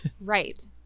right